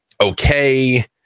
Okay